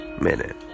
minute